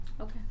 Okay